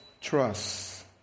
trust